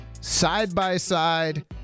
side-by-side